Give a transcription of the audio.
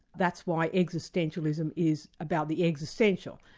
that's why existentialism is about the existential.